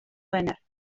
wener